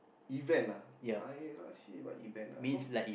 event ah I last year what event ah so